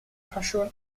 version